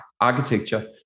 architecture